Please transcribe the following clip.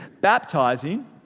baptizing